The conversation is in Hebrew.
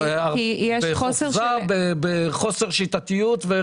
מדובר על חוסר שיטתיות.